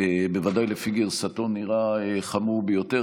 בוודאי לפי גרסתו, נראה חמור ביותר.